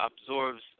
absorbs